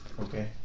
Okay